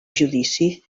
judici